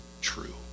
true